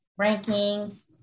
rankings